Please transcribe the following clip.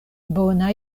bona